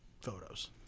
photos